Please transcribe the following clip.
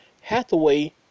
hathaway